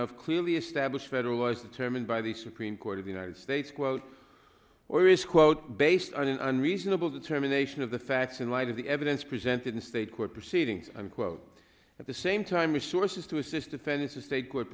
of clearly established federal laws determined by the supreme court of the united states quote or is quote based on an unreasonable determination of the facts in light of the evidence presented in state court proceedings and quote at the same time resources to assist the tennessee state court